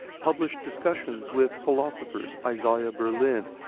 published discussions with philosophers, isaiah berlin,